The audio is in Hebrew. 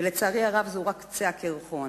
ולצערי הרב זה רק קצה הקרחון.